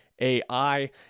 ai